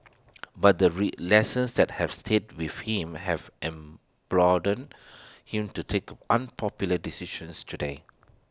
but the ray lessons that have stayed with him have am him to take unpopular decisions today